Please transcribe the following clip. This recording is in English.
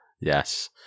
Yes